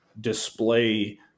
display